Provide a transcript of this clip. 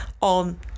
on